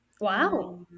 Wow